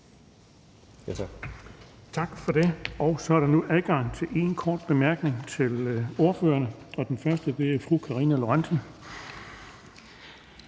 Tak for det. Så er der nu adgang til en kort bemærkning fra ordførerne. Den første er fra fru Karina Lorentzen.